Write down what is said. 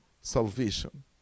salvation